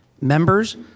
members